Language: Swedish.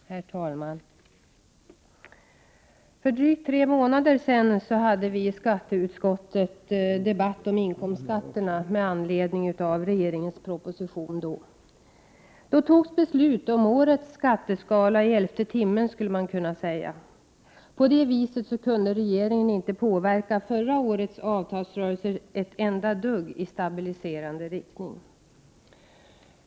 Herr talman! För drygt tre månader sedan förde vi i skatteutskottet en diskussion om inkomstskatterna med anledning av regeringens proposition. Då fattades beslut om årets skatteskala i elfte timmen, skulle man kunna säga. På det viset kunde inte regeringen påverka förra årets avtalsrörelse ett enda dugg i stabiliserande riktning.